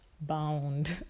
bound